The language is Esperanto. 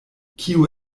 kio